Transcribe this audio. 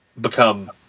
become